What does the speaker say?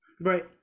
right